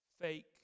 fake